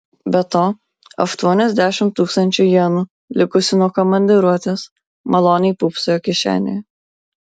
be to aštuoniasdešimt tūkstančių jenų likusių nuo komandiruotės maloniai pūpsojo kišenėje